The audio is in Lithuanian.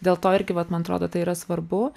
dėl to irgi vat man atrodo tai yra svarbu